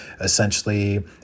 essentially